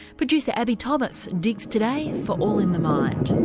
producer abbie thomas digs today for all in the mind.